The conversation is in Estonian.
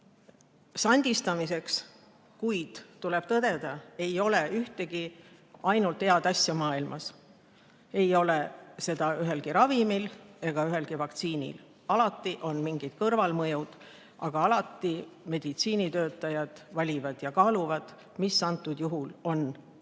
sandistamiseks, kuid tuleb tõdeda: maailmas ei ole ühtegi ainult head asja. Ei ole seda ühelgi ravimil ega ühelgi vaktsiinil, alati on mingid kõrvalmõjud. Aga alati meditsiinitöötajad valivad ja kaaluvad, mis on antud juhul ülemuslik,